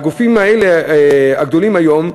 הגופים הגדולים האלה היום,